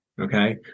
okay